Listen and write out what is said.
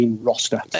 roster